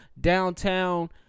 downtown